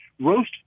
roast